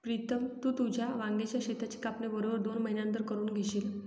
प्रीतम, तू तुझ्या वांग्याच शेताची कापणी बरोबर दोन महिन्यांनंतर करून घेशील